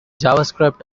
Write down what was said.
javascript